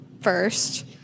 first